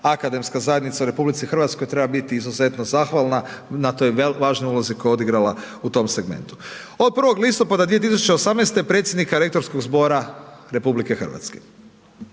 akademska zajednica u RH treba biti izuzetno zahvalna na toj važnoj ulozi koju je odigrala u tom segmentu, ovog 1. listopada 2018. predsjednika rektorskog zbora RH. Dakle,